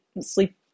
sleep